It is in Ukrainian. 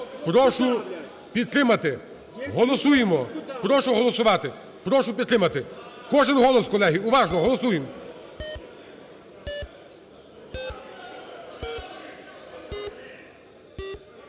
прошу підтримати. Голосуємо, прошу голосувати, прошу підтримати. Кожен голос, колеги, уважно, голосуємо.